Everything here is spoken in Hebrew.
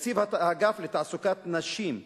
תקציב האגף לתעסוקת נשים,